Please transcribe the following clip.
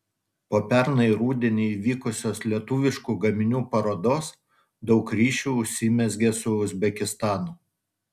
po pernai rudenį įvykusios lietuviškų gaminių parodos daug ryšių užsimezgė su uzbekistanu